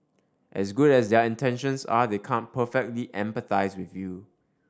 as good as their intentions are they can't perfectly empathise with you